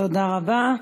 תודה רבה.